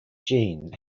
jeanne